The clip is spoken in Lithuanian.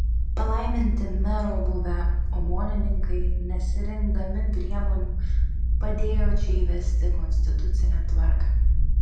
palaiminti mero buvę omonininkai nesirinkdami priemonių padėjo čia įvesti konstitucinę tvarką